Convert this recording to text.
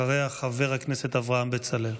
אחריה, חבר הכנסת אברהם בצלאל.